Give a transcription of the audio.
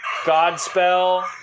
Godspell